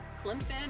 Clemson